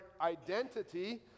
identity